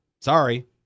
Sorry